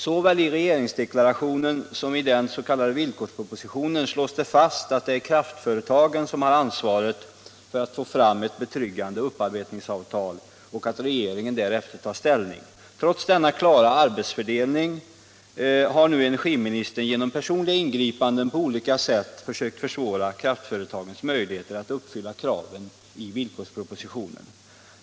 Såväl i regeringsdeklarationen som i den s.k. villkorspropositionen slås fast att det är kraftföretagen som har ansvaret för att få fram ett betryggande upparbetningsavtal och att regeringen därefter tar ställning. Trots denna klara arbetsfördelning har energiministern genom personliga ingripanden på olika sätt försökt försvåra kraftföretagens möjligheter att uppfylla kraven i villkorspropositionen.